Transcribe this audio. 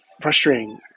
frustrating